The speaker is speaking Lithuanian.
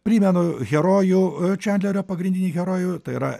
primenu herojų čandlerio pagrindinį herojų tai yra